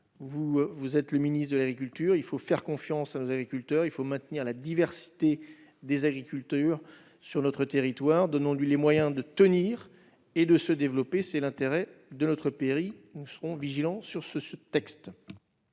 Vous êtes le ministre de l'agriculture. Il faut faire confiance à nos agriculteurs et maintenir la diversité des agricultures sur notre territoire. Donnons à notre agriculture les moyens de tenir et de se développer. C'est l'intérêt de notre pays. Nous serons vigilants sur ce texte